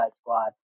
Squad